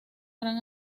gran